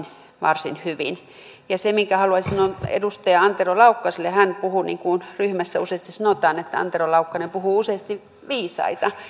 varsin hyvin se minkä haluaisin sanoa edustaja antero laukkaselle hän puhui viisaita ryhmässä useasti sanotaan että antero laukkanen puhuu useasti viisaita